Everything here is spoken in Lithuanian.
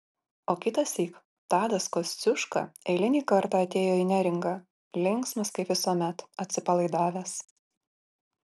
o kitąsyk tadas kosciuška eilinį kartą atėjo į neringą linksmas kaip visuomet atsipalaidavęs